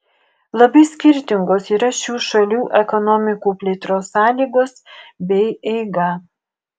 labai skirtingos yra šių šalių ekonomikų plėtros sąlygos bei eiga